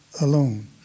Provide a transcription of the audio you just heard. alone